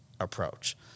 approach